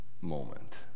moment